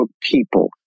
people